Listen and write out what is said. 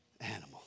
animal